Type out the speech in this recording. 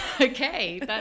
Okay